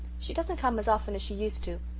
she doesn't come as often as she used to.